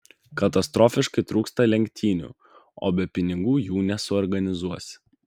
katastrofiškai trūksta lenktynių o be pinigų jų nesuorganizuosi